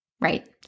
Right